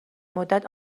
مدت